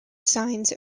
signs